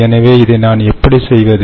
எனவே இதை நான் எப்படி செய்வது